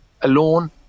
alone